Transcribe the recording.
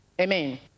Amen